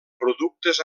productes